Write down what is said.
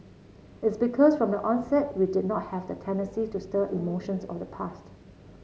it's because from the onset we did not have the tendency to stir emotions of the past